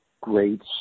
great